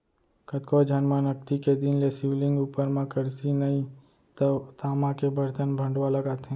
कतको झन मन अक्ती के दिन ले शिवलिंग उपर म करसी नइ तव तामा के बरतन भँड़वा लगाथे